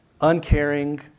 uncaring